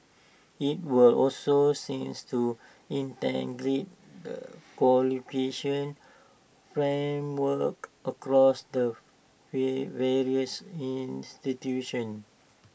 IT will also seeks to integrate the qualification frameworks across the way various institutions